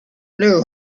knew